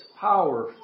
Power